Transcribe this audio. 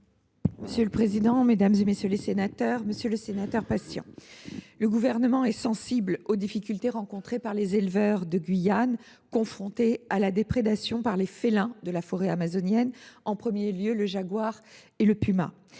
porte ! La parole est à Mme la ministre. Monsieur le sénateur Patient, le Gouvernement est sensible aux difficultés rencontrées par les éleveurs de Guyane confrontés à la déprédation par les félins de la forêt amazonienne, en premier lieu le jaguar et le puma.